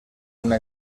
una